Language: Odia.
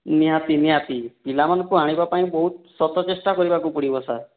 ନିହାତି ନିହାତି ପିଲାମାନଙ୍କୁ ଆଣିବା ପାଇଁ ବହୁତ ଶତ ଚେଷ୍ଟା କରିବାକୁ ପଡ଼ିବ ସାର୍